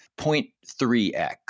0.3X